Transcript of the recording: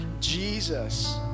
Jesus